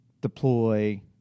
deploy